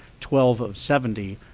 twelve of seventy,